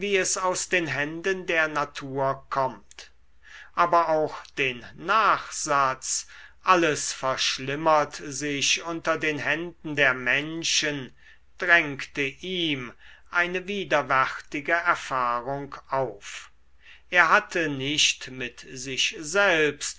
es aus den händen der natur kommt aber auch den nachsatz alles verschlimmert sich unter den händen der menschen drängte ihm eine widerwärtige erfahrung auf er hatte nicht mit sich selbst